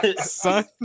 son